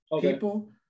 people